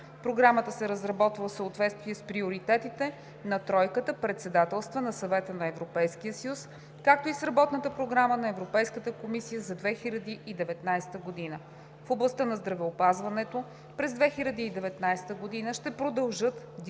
Програмата се разработва в съответствие с приоритетите на тройката Председателства на Съвета на Европейския съюз, както и с Работната програма на Европейската комисия за 2019 г. В областта на здравеопазването през 2019 г. ще продължат дискусиите